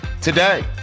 today